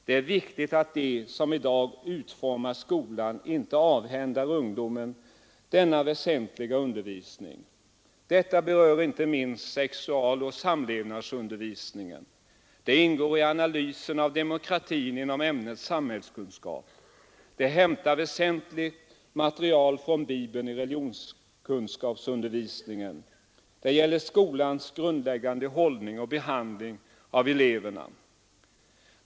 Det är viktigt att de som i dag utformar skolan inte avhänder ungdomen denna väsentliga undervisning. Detta berör inte minst sexualoch samlevnadsundervisningen. Det ingår i analysen av demokratin inom ämnet samhällskunskap. Det hämtar väsentligt material från Bibeln i religionskunskapsundervisningen. Det gäller skolans grundläggande hållning och behandling av eleverna.